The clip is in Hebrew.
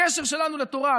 הקשר שלנו לתורה,